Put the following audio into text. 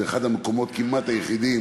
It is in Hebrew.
זה אחד המקומות היחידים